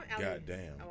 goddamn